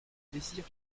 désir